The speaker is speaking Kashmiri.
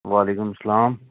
وعلیکُم السلام